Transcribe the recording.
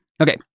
Okay